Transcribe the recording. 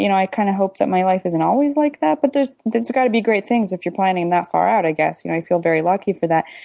you know i kind of hope that my life isn't always like that but there's got to be great things if you're planning that far out, i guess. you know, i feel very lucky for that.